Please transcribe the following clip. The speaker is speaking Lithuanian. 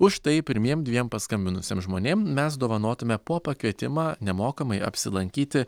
už tai pirmiem dviem paskambinusiem žmonėm mes dovanotume po pakvietimą nemokamai apsilankyti